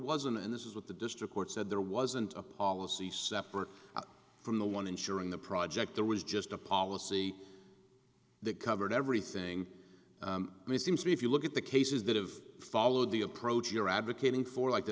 an and this is what the district court said there wasn't a policy separate from the one ensuring the project there was just a policy that covered everything seems to be if you look at the cases that have followed the approach you're advocating for like the